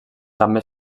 també